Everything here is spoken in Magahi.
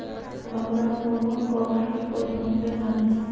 हमरा कोनो कॉफी पसंदे न हए